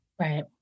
right